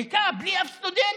ריקה, בלי אף סטודנט,